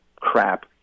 crap